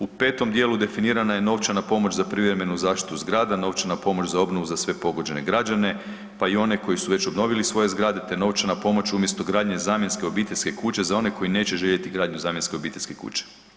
U 5. dijelu definirana je novčana pomoć za privremenu zaštitu zgrada, novčana pomoć za obnovu za sve pogođene građane pa i one koji su već obnovili svoje zgrade te novčana pomoć, umjesto gradnje zamjenske obiteljske kuće za one koji neće željeti gradnju zamjenske obiteljske kuće.